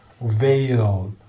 veil